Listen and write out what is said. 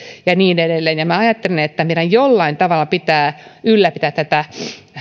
ja niin edelleen meidän jollain tavalla pitää ylläpitää tätä